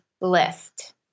list